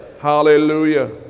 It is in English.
Hallelujah